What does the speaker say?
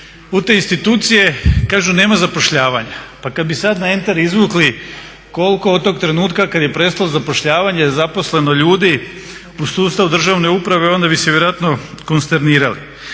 U te institucije kažu nema zapošljavanja. Pa kad bi sad na enter izvukli koliko od tog trenutka kad je prestalo zapošljavanje zaposleno ljudi u sustavu državne uprave onda bi se vjerojatno konsternirali.